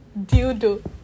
Dildo